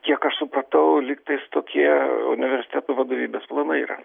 kiek aš supratau lygtais tokie universiteto vadovybės planai yra